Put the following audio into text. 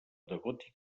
gòtic